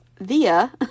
Via